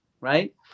right